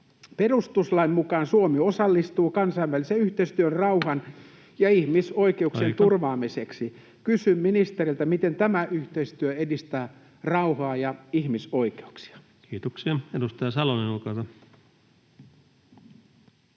Perustuslain mukaan Suomi osallistuu kansainväliseen yhteistyöhön rauhan ja ihmisoikeuksien [Puhemies: Aika!] turvaamiseksi. Kysyn ministeriltä: miten tämä yhteistyö edistää rauhaa ja ihmisoikeuksia? Kiitoksia. — Edustaja Salonen, olkaa hyvä.